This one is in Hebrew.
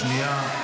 שנייה,